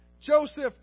Joseph